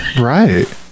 Right